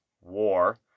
War